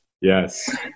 Yes